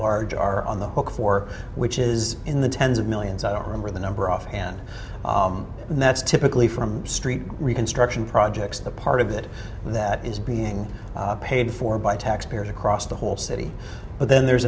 large are on the hook for which is in the tens of millions i don't remember the number off and that's typically from st reconstruction projects the part of it that is being paid for by taxpayers across the whole city but then there's